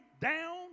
down